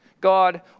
God